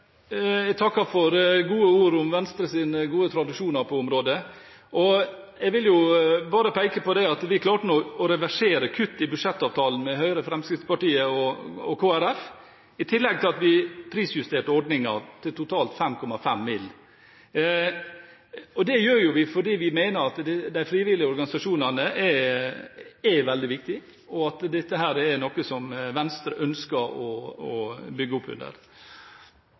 jeg ser at Venstre ikke er inne i dette forslaget. Hva er grunnen til det? Takk for gode ord om Venstres gode tradisjoner på dette området. Jeg vil peke på at vi klarte å reversere kuttene i budsjettavtalen med Høyre, Fremskrittspartiet og Kristelig Folkeparti, i tillegg til at vi prisjusterte ordningen til totalt 5,5 mill. kr. Det gjør vi fordi vi mener at de frivillige organisasjonene er veldig viktige, og at dette er noe Venstre ønsker å bygge opp under.